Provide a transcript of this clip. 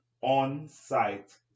on-site